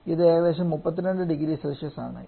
അത് ഏകദേശം 320C ആണ്